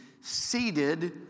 seated